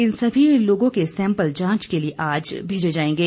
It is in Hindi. इन सभी लोगों के सैंपल जांच के लिए आज भेजे जाएंगे